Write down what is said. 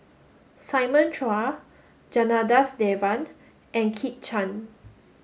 Simon Chua Janadas Devan and Kit Chan